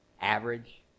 Average